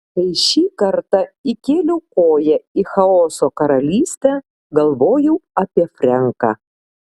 kai šį kartą įkėliau koją į chaoso karalystę galvojau apie frenką